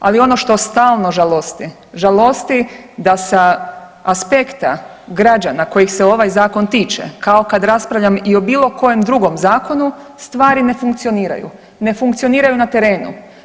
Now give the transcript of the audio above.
Ali ono što stalno žalosti, žalosti da sa aspekta građana kojih se ovaj zakon tiče, kao kad raspravljam i o bilo kojem drugom zakonu stvari ne funkcioniraju, ne funkcioniraju na terenu.